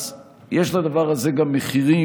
אז יש לדבר הזה גם מחירים,